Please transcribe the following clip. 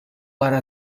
ara